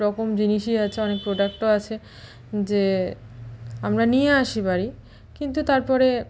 রকম জিনিসই আছে অনেক প্রোডাক্টও আছে যে আমরা নিয়ে আসি বাড়ি কিন্তু তারপরে